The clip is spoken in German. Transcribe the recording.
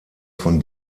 von